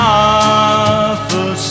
awful